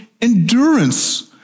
endurance